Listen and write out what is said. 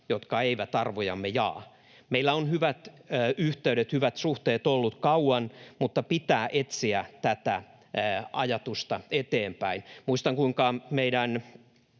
jotka eivät arvojamme jaa. Meillä on hyvät yhteydet, hyvät suhteet, olleet kauan, mutta pitää etsiä tätä ajatusta eteenpäin. Muistan, kuinka muutaman